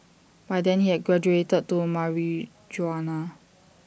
by then he had graduated to marijuana